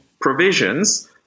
provisions